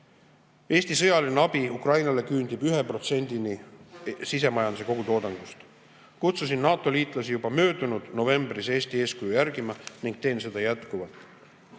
Eesti sõjaline abi Ukrainale küündib 1%‑ni sisemajanduse kogutoodangust. Kutsusin NATO-liitlasi juba möödunud novembris Eesti eeskuju järgima ning teen seda jätkuvalt.